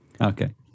Okay